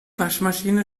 waschmaschine